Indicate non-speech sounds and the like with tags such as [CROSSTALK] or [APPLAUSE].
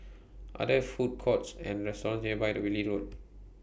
Are There Food Courts and restaurants nearby The Whitley Road [NOISE]